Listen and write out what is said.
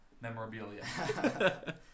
memorabilia